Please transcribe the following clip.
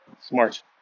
Smart